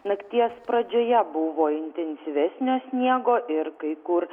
nakties pradžioje buvo intensyvesnio sniego ir kai kur